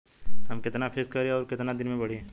हम कितना फिक्स करी और ऊ कितना दिन में बड़ी?